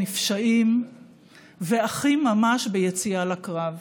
והרשימה אצלי, אני חייבת להגיד לכם, ארוכה.